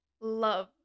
Love